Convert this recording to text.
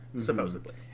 supposedly